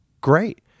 Great